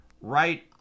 right